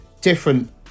different